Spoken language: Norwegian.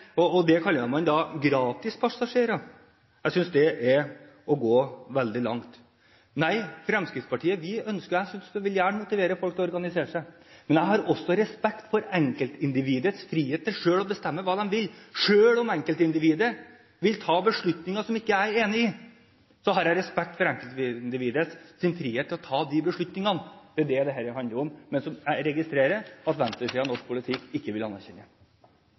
kaller det «gratispassasjerer». Jeg synes det er å gå veldig langt. Nei, Fremskrittspartiet – og jeg – vil gjerne motivere folk til å organisere seg. Men jeg har også respekt for enkeltindividets frihet til selv å bestemme hva man vil. Selv om enkeltindividet vil ta beslutninger som jeg ikke er enig i, har jeg respekt for enkeltindividets frihet til å ta de beslutningene. Det er det dette handler om, men som jeg registrerer at venstresiden i norsk politikk ikke vil anerkjenne.